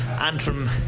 Antrim